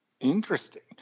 Interesting